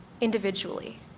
individually